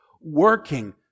Working